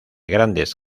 grandes